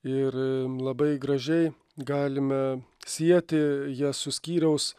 ir labai gražiai galime sieti jas su skyriaus